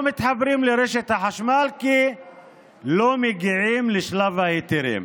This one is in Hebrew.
מתחברים לרשת החשמל כי לא מגיעים לשלב ההיתרים.